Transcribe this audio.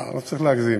לא, לא צריך להגזים.